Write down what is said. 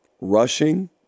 rushing